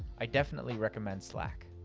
i definitely recommend slack.